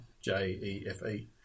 J-E-F-E